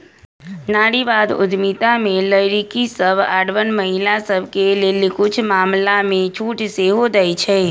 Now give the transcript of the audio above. नारीवाद उद्यमिता में लइरकि सभ आऽ महिला सभके लेल कुछ मामलामें छूट सेहो देँइ छै